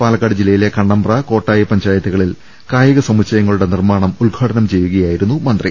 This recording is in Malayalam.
പാലക്കാട് ജില്ലയിലെ കണ്ണമ്പ്ര കോട്ടായി പഞ്ചായത്തുകളിൽ കായിക സമുച്ചയങ്ങ ളുടെ നിർമ്മാണം ഉദ്ഘാടനം ചെയ്യുകയായിരുന്നു മന്ത്രി